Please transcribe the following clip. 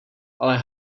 ale